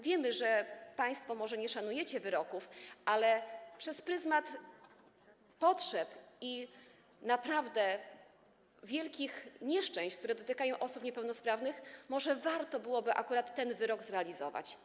Wiemy, że państwo może nie szanujecie wyroków, ale przez wzgląd na potrzeby i naprawdę wielkie nieszczęścia, jakie dotykają osoby niepełnosprawne, może warto byłoby akurat ten wyrok zrealizować.